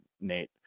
Nate